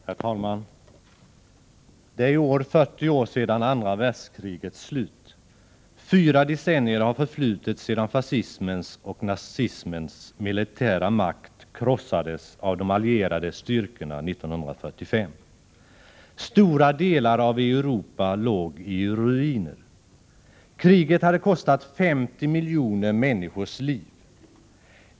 Herr talman! Det är i år 40 år sedan andra världskrigets slut. Fyra decennier har förflutit sedan fascismens och nazismens militära makt krossades av de allierade styrkorna 1945. Stora delar av Europa låg i ruiner. Kriget hade kostat 50 miljoner människors liv.